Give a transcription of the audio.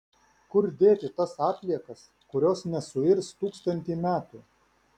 kur dėti tas atliekas kurios nesuirs tūkstantį metų